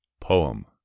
Poem